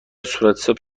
صورتحساب